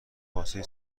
کاسه